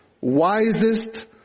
wisest